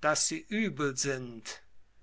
daß sie übel sind